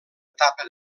etapa